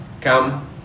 come